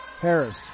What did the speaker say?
Harris